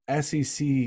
SEC